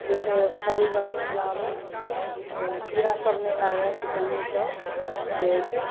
जाहिसँ फल बढ़िआँ आबै आओर कीड़ासब नहि लागै कीटाणुसब जे होइ छै